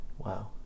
Wow